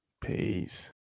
Peace